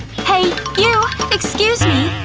hey. you. excuse me